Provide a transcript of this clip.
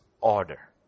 order